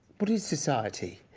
what is society?